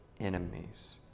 enemies